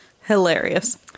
hilarious